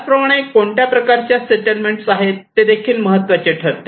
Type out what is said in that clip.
त्याचप्रमाणे कोणत्या प्रकारच्या सेटलमेंट आहेत ते देखील महत्त्वाचे ठरते